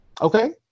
Okay